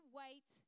wait